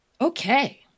Okay